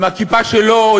עם הכיפה שלו,